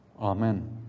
Amen